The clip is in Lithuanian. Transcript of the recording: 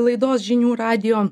laidos žinių radijo